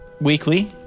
Weekly